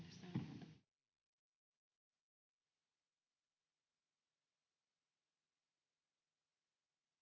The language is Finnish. Kiitos.